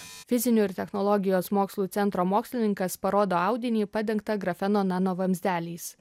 fizinių ir technologijos mokslų centro mokslininkas parodo audinį padengtą grafeno nanovamzdeliais